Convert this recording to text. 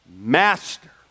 master